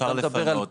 אפשר לפנות,